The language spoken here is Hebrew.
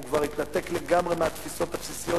הוא כבר התנתק לגמרי מהתפיסות הבסיסיות